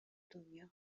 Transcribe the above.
دنیا